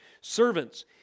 Servants